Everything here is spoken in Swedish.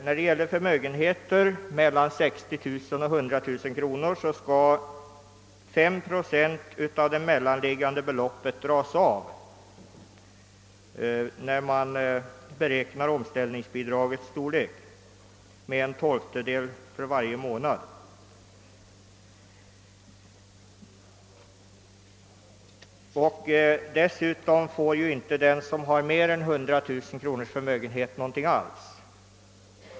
När det gäller förmögenheter mellan 60 000 och 100 000 kronor skall 5 procent av det mellanliggande beloppet dras av, när man beräknar omställningsbidragets storlek, med en tolftedel varje månad, säger departementschefen. Den som har en förmögenhet på mer än 100000 kronor får inte något alls.